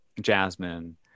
Jasmine